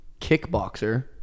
kickboxer